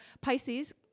Pisces